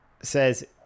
says